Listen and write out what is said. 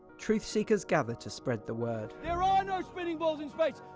truth-seekers gather to spread the word. there are no spinning balls in space.